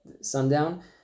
sundown